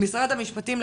למשרד המשפטים,